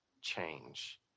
change